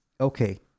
Okay